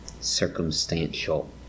circumstantial